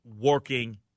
working